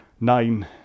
nine